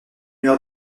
lueur